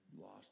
lost